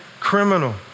criminal